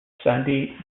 sandy